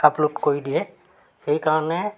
upload কৰি দিয়ে সেইকাৰণে